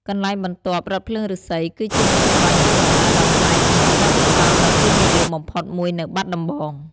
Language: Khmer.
កន្លែងបន្ទាប់ រថភ្លើងឫស្សីគឺជាមធ្យោបាយធ្វើដំណើរដ៏ប្លែក និងជាបទពិសោធន៍ដ៏ពេញនិយមបំផុតមួយនៅបាត់ដំបង។